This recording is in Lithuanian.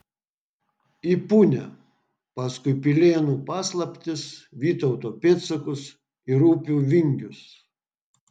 į punią paskui pilėnų paslaptis vytauto pėdsakus ir upių vingius